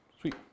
Sweet